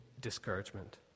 discouragement